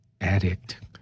addict